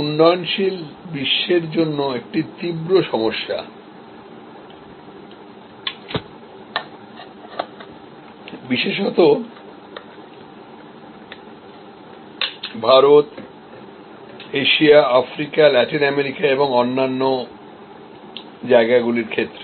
উন্নয়নশীল বিশ্বের জন্য একটি তীব্র সমস্যা বিশেষত Bharat Asia Africa Latin America এবং অন্যান দেশগুলির ক্ষেত্রে